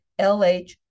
LH